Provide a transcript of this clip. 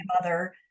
mother